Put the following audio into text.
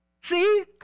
See